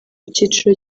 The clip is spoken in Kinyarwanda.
kiciro